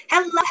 Hello